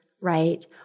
right